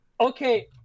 Okay